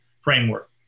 framework